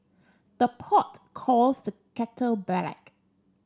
the pot calls the kettle